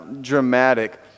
dramatic